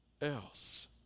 else